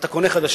אתה קונה חדשה.